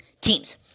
teams